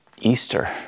Easter